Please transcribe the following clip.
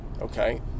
Okay